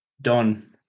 Don